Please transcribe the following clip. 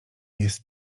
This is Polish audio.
jest